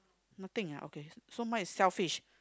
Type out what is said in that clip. nothing ah okay so mine is shellfish